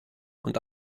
und